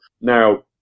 Now